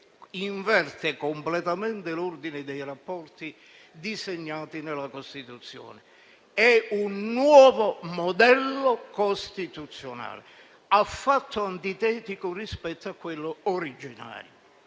inverte completamente l'ordine dei rapporti disegnati nella Costituzione; è un nuovo modello costituzionale affatto antitetico rispetto a quello originario,